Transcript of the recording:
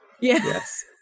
Yes